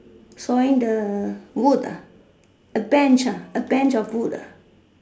sawing the wood Bench a Bench of wood